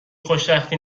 خوشبختی